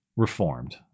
Reformed